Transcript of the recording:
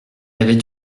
avait